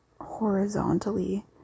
horizontally